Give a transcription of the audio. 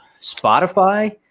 Spotify